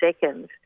seconds